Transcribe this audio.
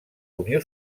unió